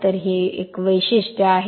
तर हे वैशिष्ट्य आहे